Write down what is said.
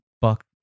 Buck